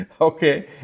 Okay